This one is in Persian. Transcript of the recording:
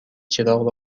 چراغ